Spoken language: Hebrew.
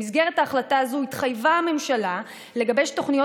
במסגרת ההחלטה הזו התחייבה הממשלה לגבש תוכניות